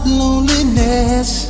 loneliness